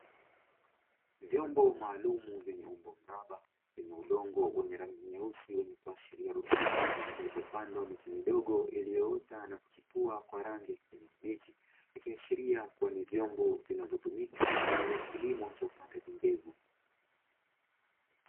Vyombo maalumu vyenye umbo mraba, vyenye udongo wenye rangi nyeusi wenye kuashiria rutuba, vilivyopandwa miche midogo iliyoota na kuchipua kwa rangi ya kijani kibichi, ikiashiria kuwa ni vyombo vinavyotumika kwa ajili ya kilimo cha upandaji mbegu.